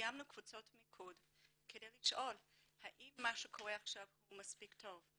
קיימנו קבוצות מיקוד כדי לשאול האם מה שקורה עכשיו הוא מספיק טוב,